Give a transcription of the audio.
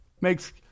makes